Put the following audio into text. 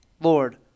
Lord